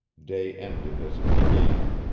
day ended as it began.